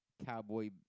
Cowboy